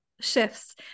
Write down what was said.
shifts